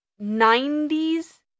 90s